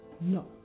no